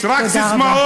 יש רק סיסמאות,